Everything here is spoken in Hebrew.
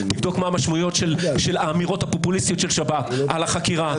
תבדוק מה המשמעויות של האמירות הפופוליסטיות של שב"כ על החקירה,